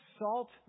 salt